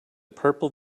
purple